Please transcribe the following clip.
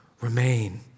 remain